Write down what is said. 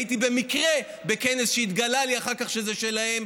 הייתי במקרה בכנס והתגלה לי אחר כך שזה שלהם.